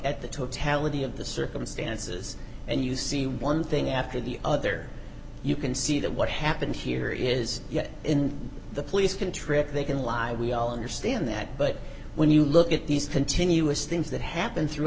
at the totality of the circumstances and you see one thing after the other you can see that what happened here is yet in the police can trip they can lie we all understand that but when you look at these continuous things that happen through